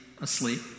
asleep